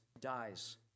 dies